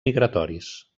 migratoris